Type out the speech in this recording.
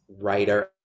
writer